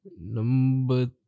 number